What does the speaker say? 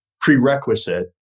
prerequisite